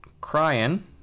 crying